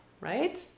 right